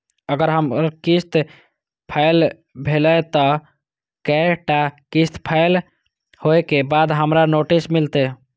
अगर हमर किस्त फैल भेलय त कै टा किस्त फैल होय के बाद हमरा नोटिस मिलते?